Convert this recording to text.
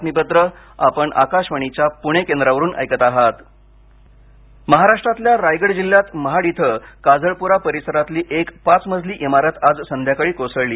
इमारत पडली रायगड महाराष्ट्रातल्या रायगड जिल्ह्यात महाड इथ काजळपुरा परिसरातली एक पाच मजली इमारत आज संध्याकाळी कोसळली